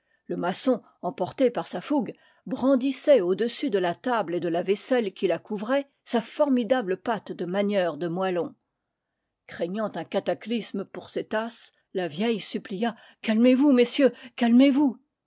le maçon emporté par sa fougue brandissait au-dessus de la table et de la vaisselle qui la couvrait sa formidable patte de manieur de moellons craignant un cataclysme pour ses tasses la vieille supplia calmez-vous messieurs calmez-vous